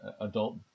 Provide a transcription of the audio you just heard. adult